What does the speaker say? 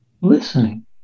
Listening